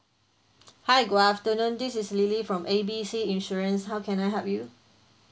hi good afternoon this is lily from A B C insurance how can I help you